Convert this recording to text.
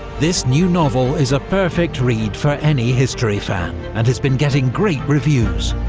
this new novel is a perfect read for any history fan, and has been getting great reviews.